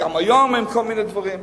גם היום עם כל מיני דברים.